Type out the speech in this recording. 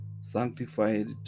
sanctified